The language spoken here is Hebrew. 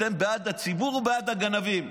אתם בעד הציבור או בעד הגנבים?